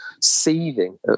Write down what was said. seething